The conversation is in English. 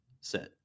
set